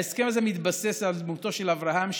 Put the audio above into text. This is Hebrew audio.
ההסכם הזה מתבסס על דמותו של אברהם,